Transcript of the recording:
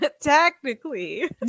technically